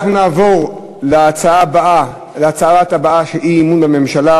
אנחנו נעבור להצעה הבאה שהיא אי-אמון בממשלה,